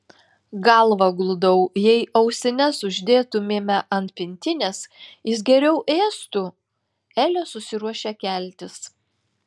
galvą guldau jei ausines uždėtumėme ant pintinės jis geriau ėstų elė susiruošė keltis